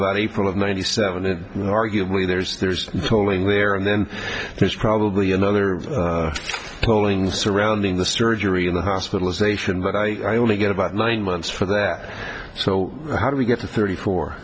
april of ninety seven and arguably there's there's polling there and then there's probably another polling surrounding the surgery in the hospitalization but i only get about nine months for there so how do we get to thirty four